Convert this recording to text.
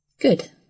Good